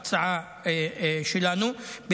ההצעה שלנו,